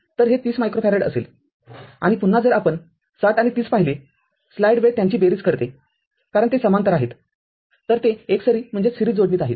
तर हे ३० मायक्रोफॅरेड असेल आणि पुन्हा जर आपण ६० आणि ३० पाहिले स्लाईड वेळ त्यांची बेरीज करते कारण ते समांतर आहेत तर ते एकसरी जोडणीत आहेत